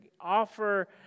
offer